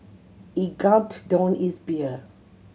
he gulped down his beer